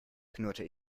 knurrte